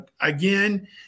again